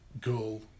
goal